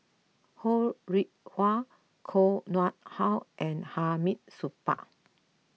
Ho Rih Hwa Koh Nguang How and Hamid Supaat